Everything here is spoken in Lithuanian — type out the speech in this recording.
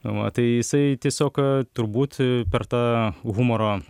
va tai jisai tiesiog turbūt per tą humoro